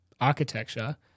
architecture